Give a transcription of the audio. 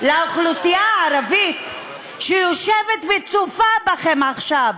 לאוכלוסייה הערבית שיושבת וצופה בכם עכשיו,